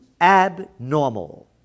abnormal